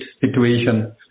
situation